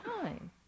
time